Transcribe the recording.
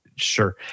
sure